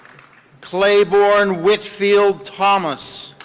claiborne whitfield thomas.